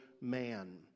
man